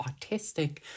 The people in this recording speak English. autistic